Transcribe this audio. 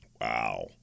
Wow